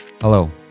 Hello